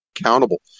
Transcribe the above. accountable